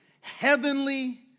heavenly